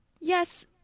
Yes